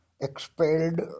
expelled